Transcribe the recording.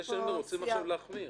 אז רוצים עכשיו להחמיר.